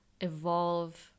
evolve